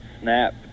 Snap